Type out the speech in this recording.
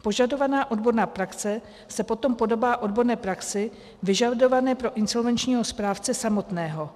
Požadovaná odborná praxe se potom podobá odborné praxi vyžadované pro insolvenčního správce samotného.